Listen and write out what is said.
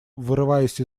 вырываясь